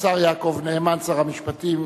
יעקב נאמן, שר המשפטים,